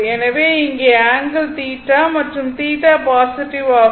எனவே இங்கே ஆங்கிள் θ மற்றும் θ பாசிட்டிவ் ஆகும்